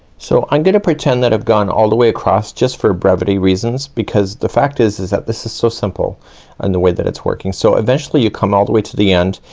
so i'm gonna pretend that i've gone all the way across just for brevity reasons, because the fact is, is that this is so simple in and the way that it's working. so eventually you come all the way to the end,